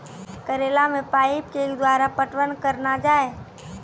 करेला मे पाइप के द्वारा पटवन करना जाए?